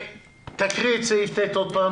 תקריאי שוב את סעיף (ט).